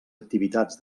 activitats